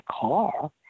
car